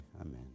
amen